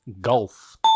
Golf